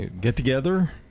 get-together